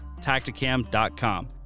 Tacticam.com